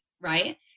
right